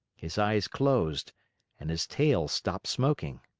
his eyes closed and his tail stopped smoking.